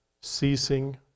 ceasing